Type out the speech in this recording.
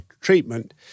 treatment